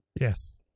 yes